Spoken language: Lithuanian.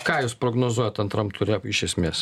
ką jūs prognozuojat antram ture iš esmės